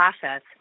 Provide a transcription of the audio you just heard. process